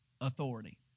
authority